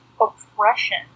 oppression